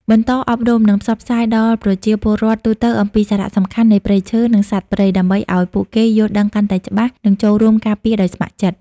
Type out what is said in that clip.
បន្តអប់រំ និងផ្សព្វផ្សាយដល់ប្រជាពលរដ្ឋទូទៅអំពីសារៈសំខាន់នៃព្រៃឈើ និងសត្វព្រៃ ដើម្បីឲ្យពួកគេយល់ដឹងកាន់តែច្បាស់ និងចូលរួមការពារដោយស្ម័គ្រចិត្ត។